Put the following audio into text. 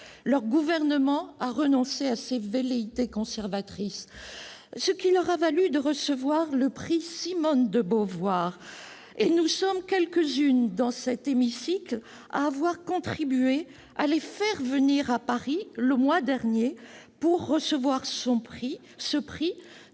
pour le moment, à ses velléités conservatrices, ce qui leur a valu de recevoir le prix Simone de Beauvoir. Nous sommes quelques-unes dans cet hémicycle à avoir contribué à les faire venir à Paris, le mois dernier, pour recevoir ce prix,